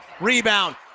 Rebound